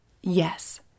Yes